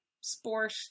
sport